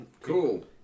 Cool